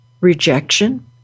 rejection